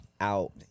out